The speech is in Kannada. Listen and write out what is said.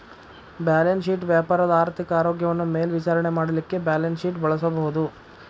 ಬ್ಯಾಲೆನ್ಸ್ ಶೇಟ್ ವ್ಯಾಪಾರದ ಆರ್ಥಿಕ ಆರೋಗ್ಯವನ್ನ ಮೇಲ್ವಿಚಾರಣೆ ಮಾಡಲಿಕ್ಕೆ ಬ್ಯಾಲನ್ಸ್ಶೇಟ್ ಬಳಸಬಹುದು